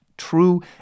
true